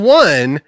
one